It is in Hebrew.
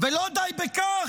לא די בכך,